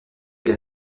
vers